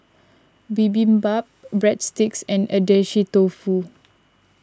Bibimbap Breadsticks and Agedashi Dofu